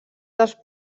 dels